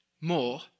more